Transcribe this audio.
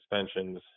suspensions